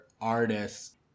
artists